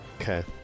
Okay